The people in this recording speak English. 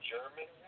German